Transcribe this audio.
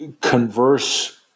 converse